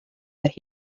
but